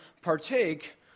partake